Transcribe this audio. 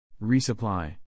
Resupply